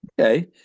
Okay